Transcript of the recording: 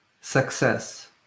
success